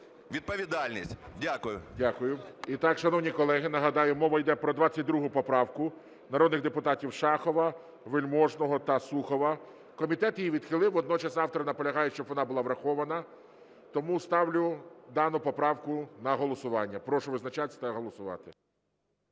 відповідальність. Дякую. ГОЛОВУЮЧИЙ. Дякую. І так, шановні колеги, нагадаю, мова йде про 22 поправку народних депутатів Шахова, Вельможного та Сухова. Комітет її відхилив. Водночас автор наполягає, щоб вона була врахована. Тому ставлю дану поправку на голосування. Прошу визначатися та голосувати.